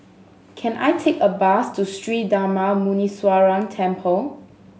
can I take a bus to Sri Darma Muneeswaran Temple